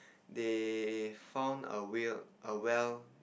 they found a whale a well